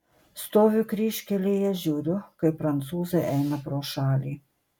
stoviu kryžkelėje žiūriu kaip prancūzai eina pro šalį